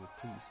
please